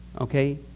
okay